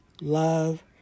love